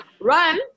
run